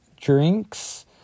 drinks